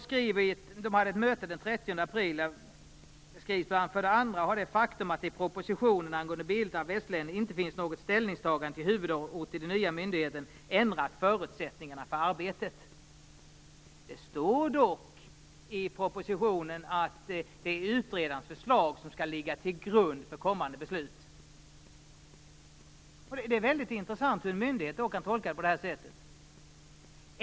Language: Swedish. Man hade ett möte den 30 april, och man skriver bl.a.: För det andra har det faktum att det i propositionen angående bildande av västlänet inte finns något ställningstagande till den nya myndigheten ändrat förutsättningarna för arbetet. Det står dock i propositionen att det är utredarens förslag som skall ligga till grund för kommande beslut. Det är väldigt intressant hur en myndighet då kan tolka det på det här sättet.